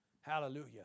Hallelujah